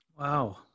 Wow